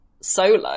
solo